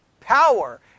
power